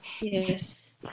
Yes